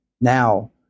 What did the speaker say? Now